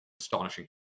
Astonishing